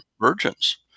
virgins